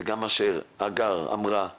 וגם הדברים שאמרה הגר,